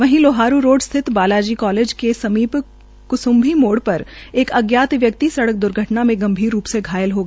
वही लोहारू रोड स्थित बालाली कालेज के समी क्संभी मोड़ र एक अज्ञात व्यक्ति सड़क द्र्घटना में गंभीर रू से घायल हो गया